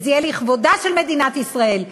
וזה יהיה לכבודה של מדינת ישראל,